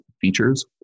features